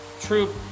true